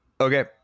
Okay